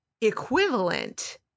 equivalent